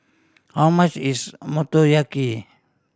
how much is Motoyaki